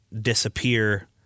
disappear